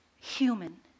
human